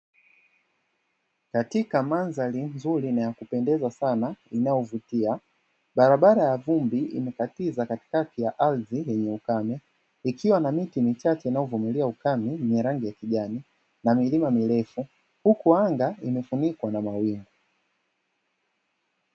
Katika mandhari nzuri na ya kupendeza sana inayovutia, barabara ya vumbi imekatiza katikati ya ardhi yenye ukame ikiwa na miti michache inayovumilia ukame yenye rangi ya kijani, na milima mirefu huku anga imefunikwa na mawingu.